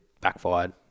backfired